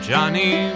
Johnny